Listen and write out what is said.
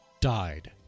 died